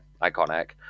iconic